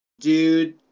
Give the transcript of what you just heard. dude